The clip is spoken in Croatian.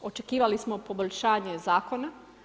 Očekivali smo poboljšanje Zakona.